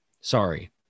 sorry